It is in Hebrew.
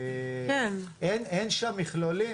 אין שם מכלולים.